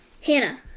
Hannah